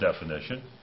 definition